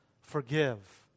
forgive